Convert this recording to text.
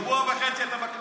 שבוע וחצי אתה בכנסת.